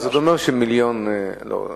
אתה אומר שזה מיליון תושבים,